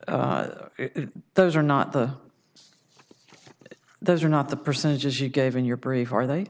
d those are not the those are not the percentages you gave in your brief are they